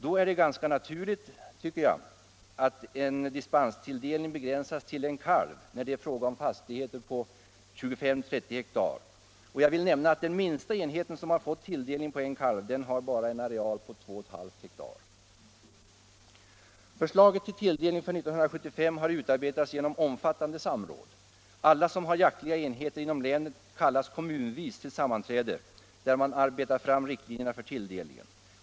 Det är då ganska naturligt att dispenstilldelningen begränsas till en kalv när det är fråga om fastigheter på 25-30 har. Jag vill nämna att den minsta enheten som har fått tilldelning på en kalv har en areal på endast 2,5 har. Förslaget till tilldelning för 1975 har utarbetats genom ett omfattande samråd. Alla som har jaktliga enheter inom länet kallas kommunvis till sammanträde, där man arbetar fram riktlinjerna för tilldelningen.